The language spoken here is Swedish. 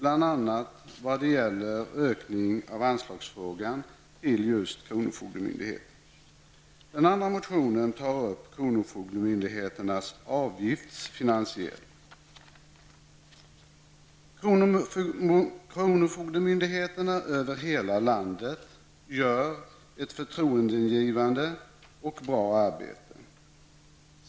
Den ena gäller ökningen av anslaget till kronofogdemyndigheterna, och den andra tar upp kronofogdemyndigheternas avgiftsfinansiering. Kronofogdemyndigheterna över hela landet gör ett förtroendeingivande och bra arbete.